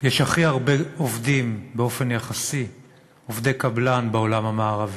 יש הכי הרבה עובדי קבלן באופן יחסי בעולם המערבי,